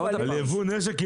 על יבוא נשק?